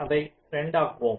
அதை 2 ஆக்குவோம்